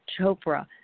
Chopra